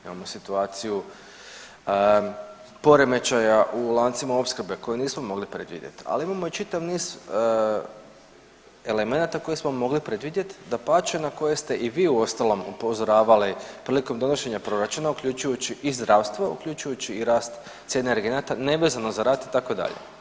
Imamo situaciju poremećaja u lancima opskrbe koje nismo mogli predvidjeti, ali imamo i čitav niz elemenata koje smo mogli predvidjeti, dapače na koje ste i vi uostalom upozoravali prilikom donošenja proračuna uključujući i zdravstvo, uključujući i rast cijene energenata nevezano za rat itd.